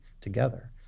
together